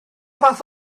fath